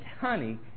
honey